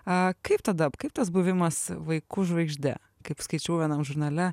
a kaip tada kaip tas buvimas vaiku žvaigžde kaip skaičiau vienam žurnale